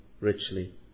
richly